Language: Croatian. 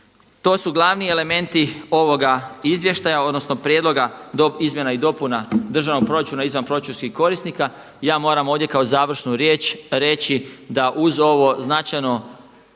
To su glavni elementi ovoga izvještaja odnosno prijedlog izmjena i dopuna državnog proračuna izvanproračunskih korisnika. I ja moram ovdje kao završnu riječ reći da uz ovo značajno